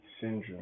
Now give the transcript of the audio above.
syndrome